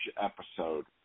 episode